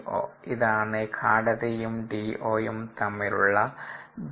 ഇതാണ് ഗാഢതയും DO യും തമ്മിലുള്ള ബന്ധം